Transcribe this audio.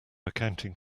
accounting